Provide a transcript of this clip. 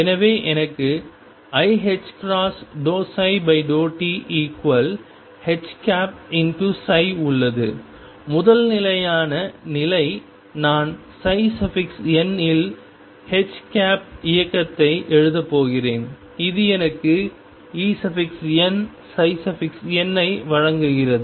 எனவே எனக்கு iℏ∂ψ∂tH உள்ளது முதல் நிலையான நிலை நான் n இல் H இயக்கத்தை எழுதப் போகிறேன் இது எனக்கு Enn ஐ வழங்குகிறது